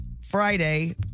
Friday